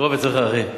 בקרוב אצלך, אחי.